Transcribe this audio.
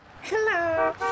Hello